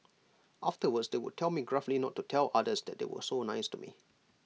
afterwards they would tell me gruffly not to tell others that they were so nice to me